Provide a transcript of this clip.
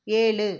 ஏழு